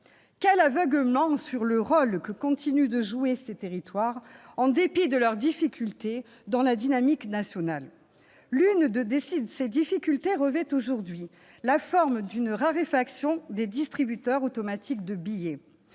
Quel aveuglement sur le rôle que continuent de jouer ces territoires, en dépit de leurs difficultés, dans la dynamique nationale ! L'une de ces difficultés revêt aujourd'hui la forme d'une raréfaction des distributeurs automatiques de billets,